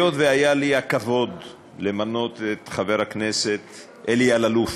היות שהיה לי הכבוד למנות את חבר הכנסת אלי אלאלוף,